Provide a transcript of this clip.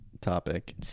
topic